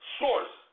source